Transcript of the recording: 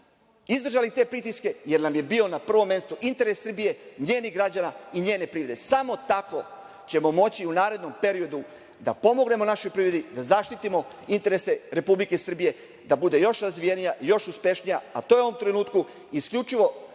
izdržali te pritiske, jer nam je bio na prvom mestu interes Srbije, njenih građana i njene privrede. Samo tako ćemo moću u narednom periodu da pomognemo našoj privredi da zaštitimo interese Republike Srbije da bude još razvijenija, još uspešnija, a to je u ovom trenutku isključivo